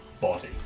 body